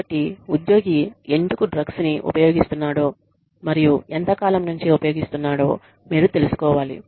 కాబట్టి ఉద్యోగి ఎందుకు డ్రగ్స్ నీ ఉపయోగిస్తున్నాడో మరియు ఎంతకాలం నుంచి ఉపయోగిస్తున్నాడో మీరు తెలుసుకోవాలి